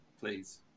please